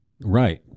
Right